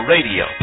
Radio